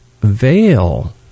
veil